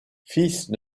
fils